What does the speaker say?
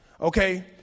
okay